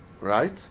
Right